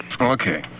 okay